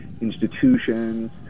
institutions